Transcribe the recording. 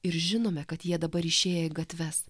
ir žinome kad jie dabar išėję į gatves